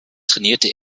trainierte